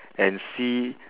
and see